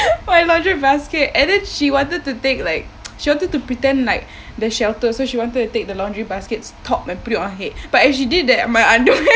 my laundry basket and then she wanted to take like she wanted to pretend like the shelter so she wanted to take the laundry basket's top and put it on her head but as she did that my underwear